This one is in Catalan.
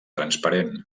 transparent